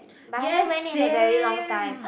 yes same